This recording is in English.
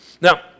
Now